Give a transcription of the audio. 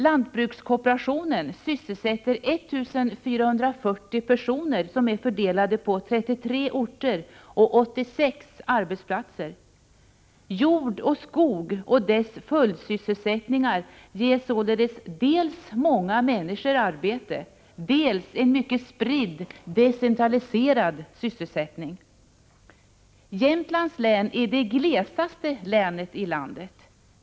” Lantbrukskooperationen sysselsätter 1 440 personer, som är fördelade på 33 orter och 86 arbetsplatser. Jordoch skogsbruk med följdsysselsättningar ger således dels många människor arbete, dels en mycket spridd, decentraliserad sysselsättning. Jämtlands län är det glesaste länet i landet.